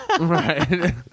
Right